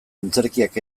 antzerkiak